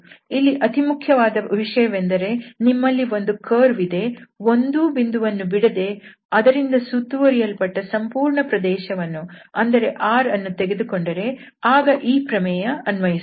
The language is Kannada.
ಇಲ್ಲಿ ಅತಿಮುಖ್ಯವಾದ ವಿಷಯವೆಂದರೆ ನಿಮ್ಮಲ್ಲಿ ಒಂದು ಕರ್ವ್ ಇದೆ ಒಂದೂ ಬಿಂದುವನ್ನು ಬಿಡದೆ ಅದರಿಂದ ಸುತ್ತುವರಿಯಲ್ಪಟ್ಟ ಸಂಪೂರ್ಣ ಪ್ರದೇಶವನ್ನು ಅಂದರೆ R ಅನ್ನು ತೆಗೆದುಕೊಂಡರೆ ಆಗ ಈ ಪ್ರಮೇಯ ಅನ್ವಯಿಸುತ್ತದೆ